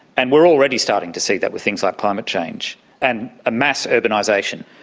and we are already starting to see that with things like climate change and a mass urbanisation.